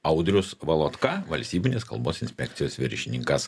audrius valotka valstybinės kalbos inspekcijos viršininkas